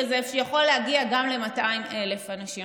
וזה יכול להגיע גם ל-200,000 אנשים.